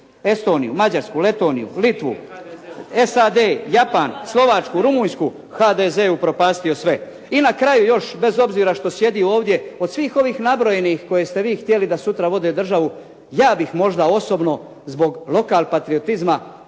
Estoniju, Mađarsku, Litvu, SAD, Japan, Slovačku, Rumunjsku, HDZ je upropastio sve. I na kraju još bez obzira što sjedi ovdje, od svih ovih nabrojenih koje ste vi htjeli da sutra vode državu, ja bih možda osobno zbog lokal patriotizma